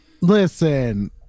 Listen